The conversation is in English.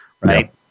right